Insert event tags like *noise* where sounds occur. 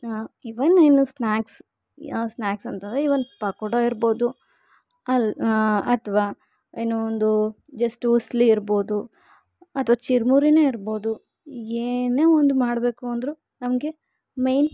ಇವನ್ *unintelligible* snacks ಯಾವ snacks ಅಂತಂದರೆ even pakoda ಇರ್ಬೊದು ಅಲ್ಲ ಅಥ್ವಾ ಏನೋ ಒಂದು ಜಸ್ಟ್ ಊಸ್ಲಿ ಇರ್ಬೋದು ಅಥ್ವಾ ಚುರ್ಮುರಿ ಇರ್ಬೋದು ಏನೇ ಒಂದು ಮಾಡಬೇಕು ಅಂದರೂ ನಮಗೆ ಮೇಯ್ನ್